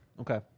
Okay